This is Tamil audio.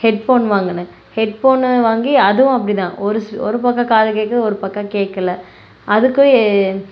ஹெட்ஃபோன் வாங்குனன் ஹெட்ஃபோனு வாங்கி அதுவும் அப்படி தான் ஒரு சி ஒரு பக்கம் காது கேட்குது ஒரு பக்கம் கேட்கல அதுக்கும் எ